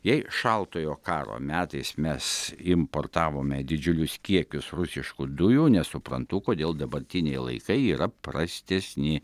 jei šaltojo karo metais mes importavome didžiulius kiekius rusiškų dujų nesuprantu kodėl dabartiniai laikai yra prastesni